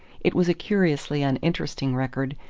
it was a curiously uninteresting record,